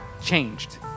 changed